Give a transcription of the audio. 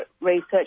research